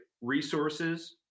resources